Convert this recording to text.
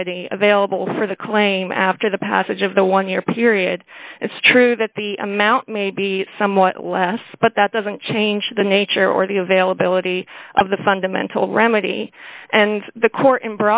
remedy available for the claim after the passage of the one year period it's true that the amount may be somewhat less but that doesn't change the nature or the availability of the fundamental remedy and the court